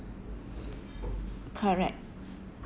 correct